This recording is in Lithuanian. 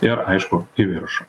ir aišku į viršų